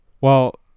Well-